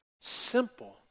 Simple